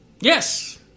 Yes